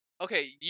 Okay